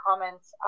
comments